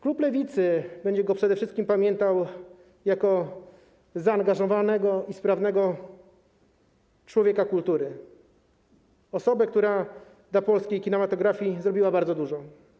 Klub Lewicy będzie go przede wszystkim pamiętał jako zaangażowanego i sprawnego człowieka kultury, osobę, która dla polskiej kinematografii zrobiła bardzo dużo.